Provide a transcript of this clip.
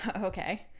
Okay